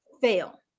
fail